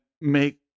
make